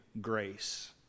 grace